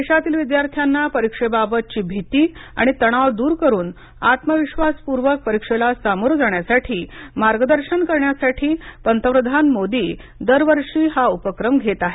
देशातील विद्यार्थ्यांना परीक्षेबाबत ची भीती आणि तणाव दूर करून आत्मविश्वासपूर्वक परीक्षेला समोर जाण्यासाठी मार्गदर्शन करण्यासाठी पंतप्रधान मोदी दरवर्षी हा उपक्रम घेत आहेत